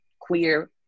queer